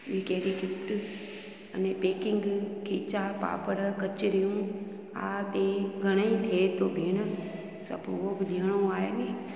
बि कहिड़ी गिफ्ट अने पेकिंग खीचा पापड़ कचरियूं हा ते घणेई थिए थो भेण सभु उहो बि ॾेयणो आहे नी